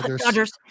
Dodgers